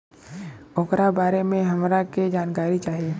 ओकरा बारे मे हमरा के जानकारी चाही?